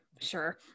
sure